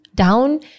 down